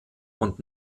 und